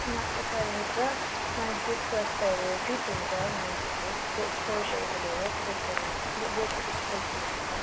मा शारीरिक र मानसिक स्वास्थ्यहरू फिट हुन्छ मान्छेहरू फु स्पोर्ट्सहरू खेलेर स्पोर्ट्सहरूमा बेसी एक्सर्साइजहरू भएर